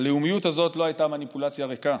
הלאומיות הזאת לא הייתה מניפולציה ריקה.